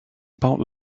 about